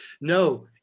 no